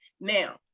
Now